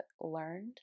learned